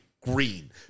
green